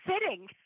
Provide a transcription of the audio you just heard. sitting